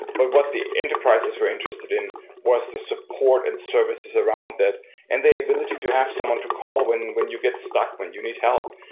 but what the enterprises were interested in was the support and services around that and the ability to have someone to call when when you get stuck when you need help.